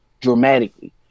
dramatically